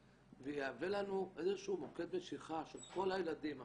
ויהווה לנו איזשהו מוקד משיכה של כל הילדים אחריהם.